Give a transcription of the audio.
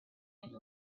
new